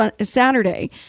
Saturday